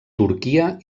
turquia